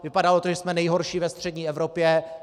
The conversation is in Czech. Vypadalo to, že jsme nejhorší ve střední Evropě.